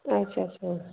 अच्छा अच्छा